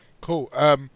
cool